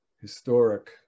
historic